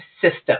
system